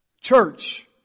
church